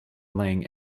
laying